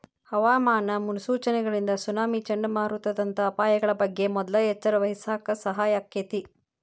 ಹವಾಮಾನ ಮುನ್ಸೂಚನೆಗಳಿಂದ ಸುನಾಮಿ, ಚಂಡಮಾರುತದಂತ ಅಪಾಯಗಳ ಬಗ್ಗೆ ಮೊದ್ಲ ಎಚ್ಚರವಹಿಸಾಕ ಸಹಾಯ ಆಕ್ಕೆತಿ